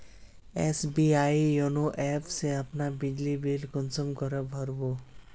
SBI YONO app से अपना बिजली बिल कुंसम करे भर बो?